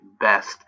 Best